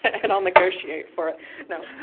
and i'll negotiate for it. no.